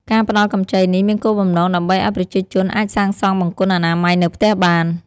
ការផ្តល់កម្ចីនេះមានគោលបំណងដើម្បីឱ្យប្រជាជនអាចសាងសង់បង្គន់អនាម័យនៅផ្ទះបាន។